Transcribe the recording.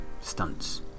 stunts